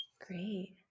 Great